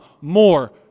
more